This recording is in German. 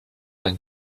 ein